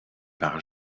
par